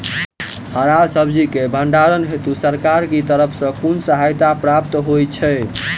हरा सब्जी केँ भण्डारण हेतु सरकार की तरफ सँ कुन सहायता प्राप्त होइ छै?